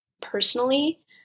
personally